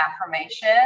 affirmation